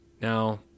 Now